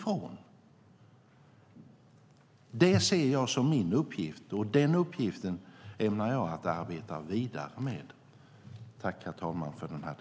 Det ser jag som min uppgift, och den uppgiften ämnar jag att arbeta vidare med.